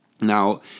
Now